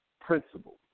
principles